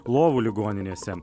lovų ligoninėse